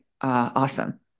awesome